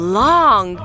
long